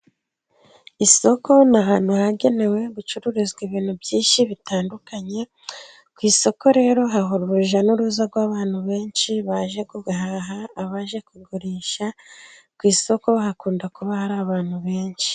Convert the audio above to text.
Isoko ni ahantu hagenewe gucururizwa ibintu byinshi bitandukanye, ku isoko rero hahora urujya n'uruza rw'abantu benshi baje guhaha, abaje kugurisha, ku isoko hakunda kuba hari abantu benshi.